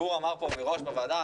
גור אמר פה מראש בוועדה,